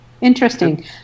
Interesting